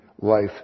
life